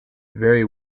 very